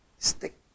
Stick